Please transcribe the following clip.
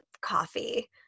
coffee